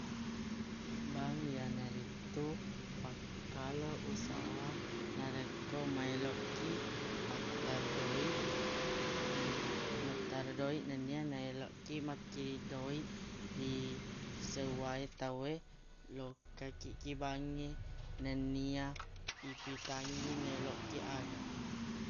Bang yanaritu pakkalo usaha nareko maeloq kiq mattaro doi nen- mattaro doi nennia naeloq kiq makiring doi ri seuwa e tauwe lokka kiq ki bangnge nennia ifitangngi nelo kiq aga